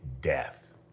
death